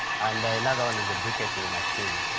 and another one is a briquetting machine.